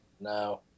No